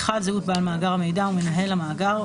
זהות בעל מאגר המידע ומנהל המאגר,